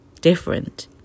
different